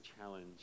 challenge